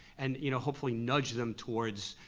and you know hopefully nudge them towards